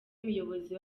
muyobozi